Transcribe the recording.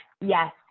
Yes